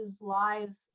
lives